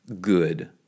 good